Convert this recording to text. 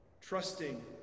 trusting